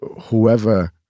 whoever